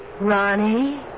Ronnie